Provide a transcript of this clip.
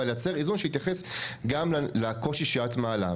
אבל לייצר איזון שיתייחס גם לקושי שאת מעלה.